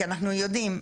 כי אנחנו יודעים,